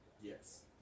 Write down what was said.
Yes